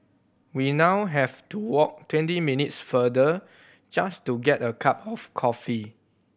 we now have to walk twenty minutes farther just to get a cup of coffee